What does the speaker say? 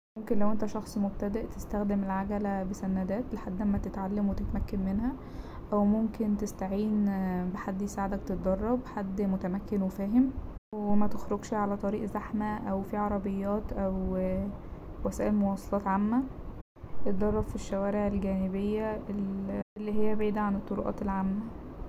ممكن لو انت شخص مبتدئ تستخدم العجلة بسندات لحد ماتتعلم وتتمكن منها أو ممكن تستعين بحد يساعدك تدرب حد متمكن وفاهم ومتخرجش على طريق زحمه أو فيه عربيات أو وسائل مواصلات عامة اتدرب في الشوارع الجانبية ال- اللي هي بعيدة عن الطرقات العامة.